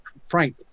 Frank